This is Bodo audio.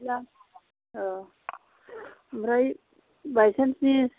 गैया औ ओमफ्राय बायसान्चनि